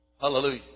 Hallelujah